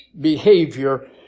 behavior